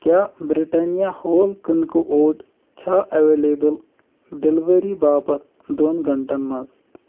کیٛاہ بِرٛٹَنیا ہول کٕنکہٕ اوٹ چھےٚ اٮ۪وٮ۪لیبٕل ڈِلؤری باپتھ دۄن گھنٛٹَن منٛز